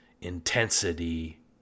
intensity